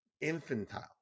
infantile